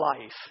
life